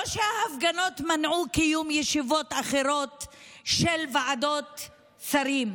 ההפגנות לא מנעו קיום ישיבות אחרות של ועדות שרים,